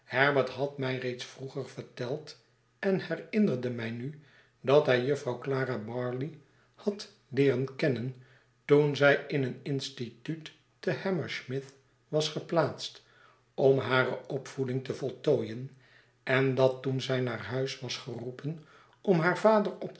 herbert had mij reeds vroeger verteld en herinnerde mij nu dat hij jufvrouw clara barley had leeren kennen toen zij in een instituut te hammersmith was geplaatst om hare opvoeding te voltooien en dat toen zij naar huis was geroepen om haar vader op